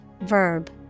verb